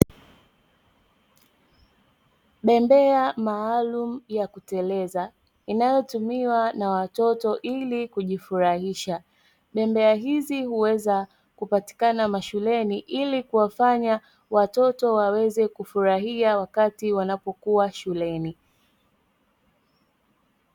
Bembea maalumu ya kuteleza inayotumiwa na watoto ili kujifurahisha. Bembea hizi huweza hupatikana mashuleni, ili kuwafanya watoto waweze kufurahia wakati wanapokuwa shuleni.